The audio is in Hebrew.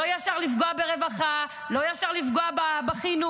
לא ישר לפגוע ברווחה, לא ישר לפגוע בחינוך.